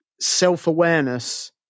self-awareness